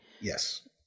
Yes